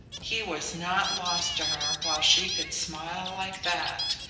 he was not lost to her while she could smile like that!